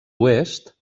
oest